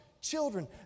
children